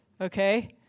Okay